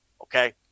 Okay